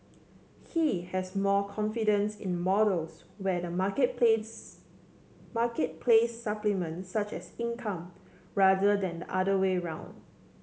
he has more confidence in models where the marketplace marketplace supplements such income rather than the other way around